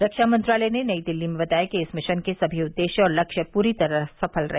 रक्षा मंत्रालय ने नई दिल्ली में बताया कि इस मिशन के समी उद्देश्य और लक्ष्य पूरी तरह सफल रहे